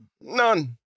None